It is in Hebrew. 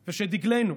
ושדגלנו,